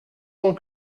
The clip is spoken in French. tant